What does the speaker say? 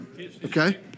Okay